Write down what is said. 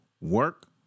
Work